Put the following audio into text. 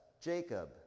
Jacob